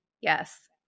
Yes